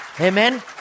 Amen